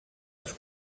als